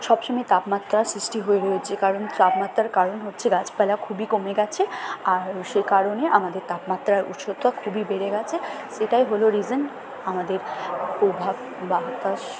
সব সময় তাপমাত্রা সৃষ্টি হয়ে রয়েছে কারণ তাপমাত্রার কারণ হচ্ছে গাছপালা খুবই কমে গেছে আর সে কারণে আমাদের তাপমাত্রার উষ্ণতা খুবই বেড়ে গেছে সেটাই হলো রিজন আমাদের প্রভাব বাতাস